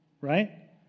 Right